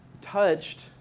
touched